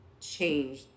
change